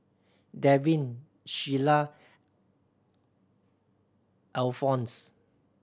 Devin Shiela Alphons